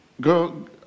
go